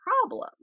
problem